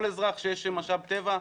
אם יש משאב טבע,